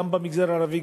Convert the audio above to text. גם במגזר הערבי,